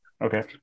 okay